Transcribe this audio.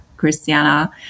Christiana